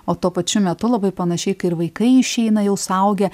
o tuo pačiu metu labai panašiai kai ir vaikai išeina jau suaugę